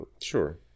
Sure